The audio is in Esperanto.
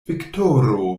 viktoro